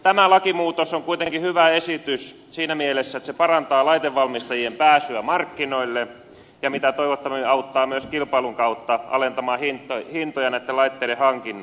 tämä lakimuutos on kuitenkin hyvä esitys siinä mielessä että se parantaa laitevalmistajien pääsyä markkinoille ja mikä toivottavinta auttaa myös kilpailun kautta alentamaan hintoja näiden laitteiden hankinnassa